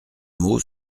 mot